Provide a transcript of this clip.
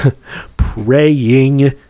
praying